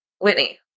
Whitney